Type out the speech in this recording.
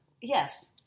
Yes